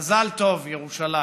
מזל טוב ירושלים.